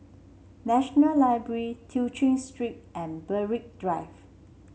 National Library Tew Chew Street and Berwick Drive